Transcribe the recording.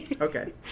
Okay